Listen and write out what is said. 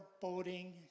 boating